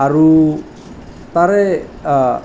আৰু তাৰে